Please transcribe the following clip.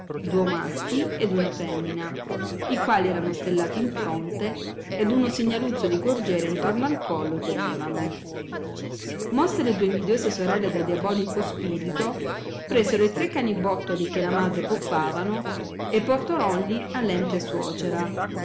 duo maschi ed una femina i quali erano stellati in fronte ed uno signaluzzo di gorgiera in torno al collo tenevano mosse le due invidiose sorelle da diabolico spirito presero i tre cani bottoli che la madre poppavano e portorongli all empia suocera